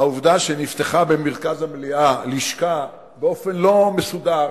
העובדה שנפתחה במרכז המליאה לשכה באופן לא מסודר,